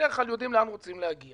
ובדרך כלל יודעים לאן הם רוצים להגיע.